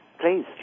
Please